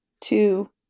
Two